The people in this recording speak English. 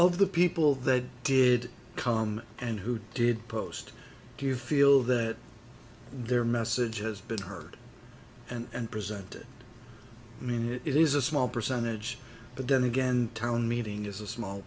of the people that did come and who did post do you feel that their message has been heard and presented i mean it is a small percentage but then again town meeting is a small